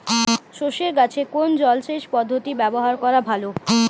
সরষে গাছে কোন জলসেচ পদ্ধতি ব্যবহার করা ভালো?